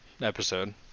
episode